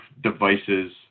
devices